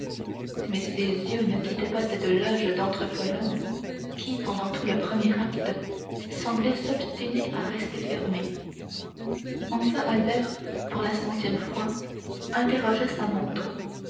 mais ses yeux ne quittaient pas cette loge dentre colonnes qui pendant tout le premier acte semblait s'obstiner à rester fermée enfin comme albert pour la centième fois interrogeait sa montre